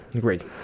Great